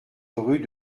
rue